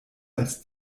als